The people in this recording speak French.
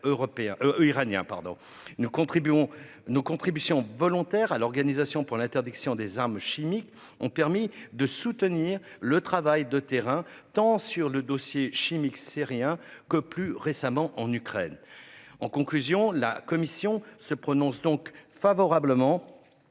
Nos contributions volontaires à l'Organisation pour l'interdiction des armes chimiques (OIAC) ont permis de soutenir le travail de terrain, tant sur le dossier chimique syrien, que, plus récemment, en Ukraine. La commission des affaires étrangères s'est donc prononcée favorablement